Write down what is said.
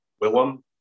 Willem